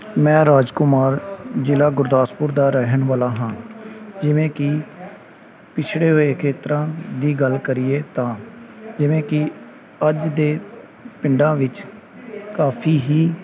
ਮੈਂ ਰਾਜ ਕੁਮਾਰ ਜ਼ਿਲ੍ਹਾ ਗੁਰਦਾਸਪੁਰ ਦਾ ਰਹਿਣ ਵਾਲਾ ਹਾਂ ਜਿਵੇਂ ਕਿ ਪਛੜੇ ਹੋਏ ਖੇਤਰਾਂ ਦੀ ਗੱਲ ਕਰੀਏ ਤਾਂ ਜਿਵੇਂ ਕਿ ਅੱਜ ਦੇ ਪਿੰਡਾਂ ਵਿੱਚ ਕਾਫੀ ਹੀ